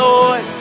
Lord